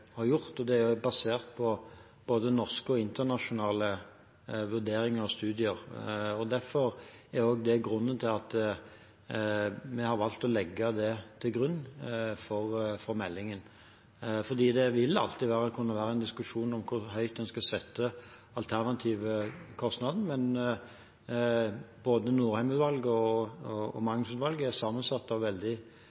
har gjort, og det er basert på både norske og internasjonale vurderinger og studier. Derfor har vi valgt å legge det til grunn for meldingen. Det vil alltid kunne være en diskusjon om hvor høyt man skal sette den alternative kostnaden, men både Norheim-utvalget og Magnussen-utvalget er sammensatt av veldig kompetente folk på dette området, som også baserer mange av sine vurderinger på både nasjonale og